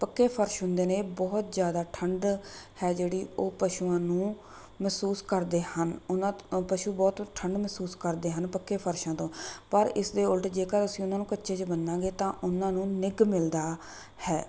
ਪੱਕੇ ਫਰਸ਼ ਹੁੰਦੇ ਨੇ ਬਹੁਤ ਜਿਆਦਾ ਠੰਡ ਹੈ ਜਿਹੜੀ ਉਹ ਪਸ਼ੂਆਂ ਨੂੰ ਮਹਿਸੂਸ ਕਰਦੇ ਹਨ ਉਹਨਾਂ ਪਸ਼ੂ ਬਹੁਤ ਠੰਡ ਮਹਿਸੂਸ ਕਰਦੇ ਹਨ ਪੱਕੇ ਫਰਸ਼ਾਂ ਤੋਂ ਪਰ ਇਸ ਦੇ ਉਲਟ ਜੇਕਰ ਅਸੀਂ ਉਹਨਾਂ ਨੂੰ ਕੱਚੇ 'ਚ ਬੰਨਾਂਗੇ ਤਾਂ ਉਹਨਾਂ ਨੂੰ ਨਿੱਘ ਮਿਲਦਾ ਹੈ